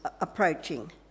approaching